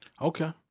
Okay